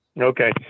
okay